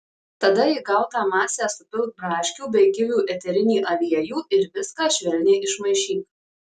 tada į gautą masę supilk braškių bei kivių eterinį aliejų ir viską švelniai išmaišyk